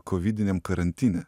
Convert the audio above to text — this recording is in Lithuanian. kovidiniam karantine